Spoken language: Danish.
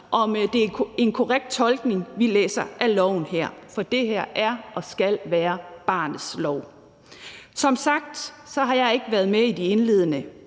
om det er en korrekt tolkning, vi har af lovforslaget her. For det her er og skal være barnets lov. Som sagt har jeg ikke været med i de indledende